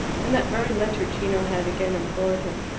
in that very letter gino had again implored him,